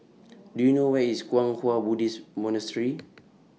Do YOU know Where IS Kwang Hua Buddhist Monastery